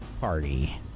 party